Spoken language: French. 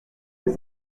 les